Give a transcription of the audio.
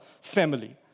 family